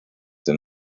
den